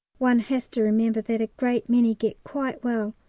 one has to remember that a great many get quite well,